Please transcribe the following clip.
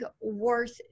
worth